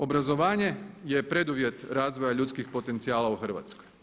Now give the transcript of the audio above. Obrazovanje je preduvjet razvoja ljudskih potencijala u Hrvatskoj.